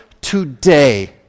today